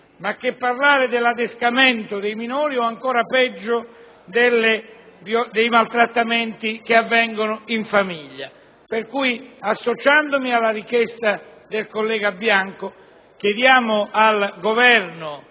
in esame l'adescamento dei minori o, ancora peggio, i maltrattamenti per avvengono in famiglia. Pertanto, associandomi alla richiesta del senatore Bianco, chiediamo al Governo